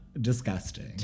disgusting